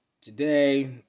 Today